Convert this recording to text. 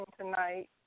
tonight